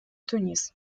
тунис